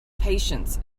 patience